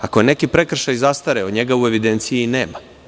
Ako je neki prekršaj zastareo, njega u evidenciji i nema.